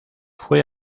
fue